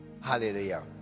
hallelujah